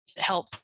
Help